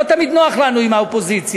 לא תמיד נוח לנו עם האופוזיציה,